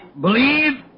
believe